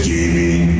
Gaming